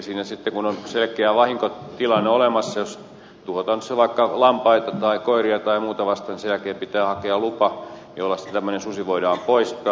elikkä sitten kun on selkeä vahinkotilanne olemassa jossa tuhotaan sitten vaikka lampaita tai koiria tai muuta vastaavaa niin sen jälkeen pitää hakea lupa jolla tämmöinen susi voidaan poistaa